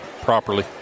properly